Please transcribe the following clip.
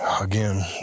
again